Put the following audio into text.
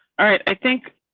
all right i think